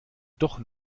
doch